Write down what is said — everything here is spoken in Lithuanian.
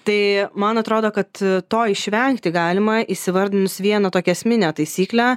tai man atrodo kad to išvengti galima įsivardinus vieną tokią esminę taisyklę